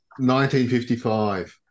1955